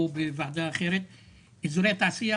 פה התעשייה